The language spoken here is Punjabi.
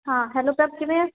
ਹਾਂ ਹੈਲੋ ਪ੍ਰਭ ਕਿਵੇਂ ਹੈ